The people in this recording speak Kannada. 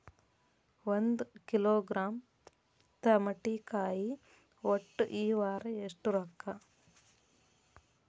ಒಂದ್ ಕಿಲೋಗ್ರಾಂ ತಮಾಟಿಕಾಯಿ ಒಟ್ಟ ಈ ವಾರ ಎಷ್ಟ ರೊಕ್ಕಾ?